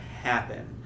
happen